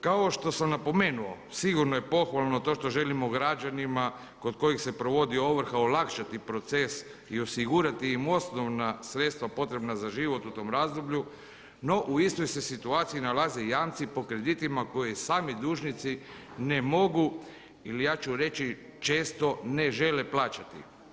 Kao što sam napomenuo sigurno je pohvalno to što želimo građanima kod kojih se provodi ovrha olakšati proces i osigurati im osnovna sredstva potrebna za život u tom razdoblju, no u istoj se situaciji nalaze i jamci po kreditima koje sami dužnici ne mogu ili ja ću reći često ne žele plaćati.